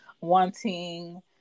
wanting